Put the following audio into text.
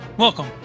Welcome